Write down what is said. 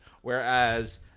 whereas